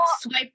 swipe